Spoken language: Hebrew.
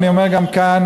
ואני אומר גם כאן,